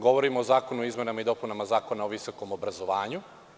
Govorimo o izmenama i dopunama Zakona o visokom obrazovanju.